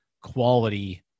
quality